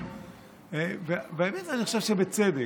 ובאמת אני חושב שבצדק,